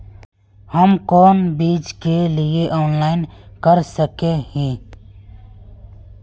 हम कोन चीज के लिए ऑनलाइन कर सके हिये?